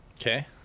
Okay